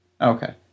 Okay